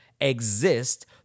exist